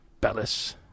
Bellis